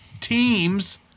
teams